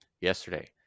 yesterday